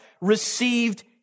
received